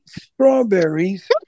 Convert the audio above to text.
strawberries